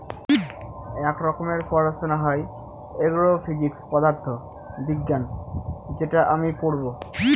এক রকমের পড়াশোনা হয় এগ্রো ফিজিক্স পদার্থ বিজ্ঞান যেটা আমি পড়বো